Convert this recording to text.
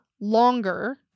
longer